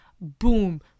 boom